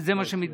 וזה מה שמתבצע,